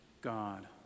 God